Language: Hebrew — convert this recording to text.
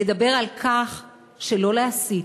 לדבר על כך שלא להסית.